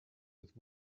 with